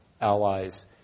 allies